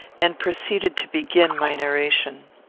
and proceeded to begin my narration.